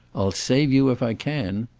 i'll save you if i can.